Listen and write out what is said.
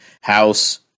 house